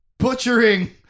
butchering